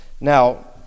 now